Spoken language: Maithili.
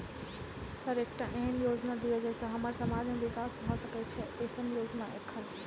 सर एकटा एहन योजना दिय जै सऽ हम्मर समाज मे विकास भऽ सकै छैय एईसन योजना एखन?